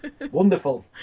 wonderful